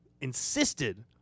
insisted